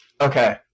Okay